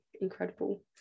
incredible